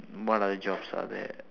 what other jobs are there